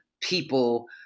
people